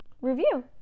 review